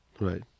Right